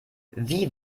wie